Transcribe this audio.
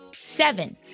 Seven